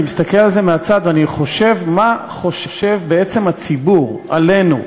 מסתכל על זה מהצד וחושב מה חושב הציבור עלינו,